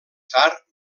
tard